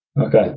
Okay